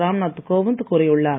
ராம்நாத் கோவிந்த் கூறியுள்ளார்